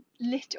little